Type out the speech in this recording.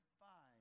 five